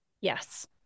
Yes